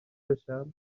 بشم